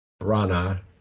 Rana